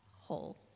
whole